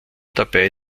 dabei